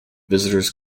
visitors